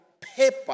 paper